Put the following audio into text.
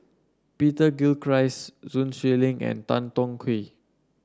Peter Gilchrist Sun Xueling and Tan Tong Hye